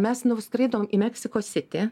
mes nuskridom į meksiko sitį